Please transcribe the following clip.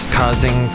causing